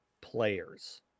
players